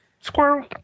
squirrel